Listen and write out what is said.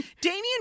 Damian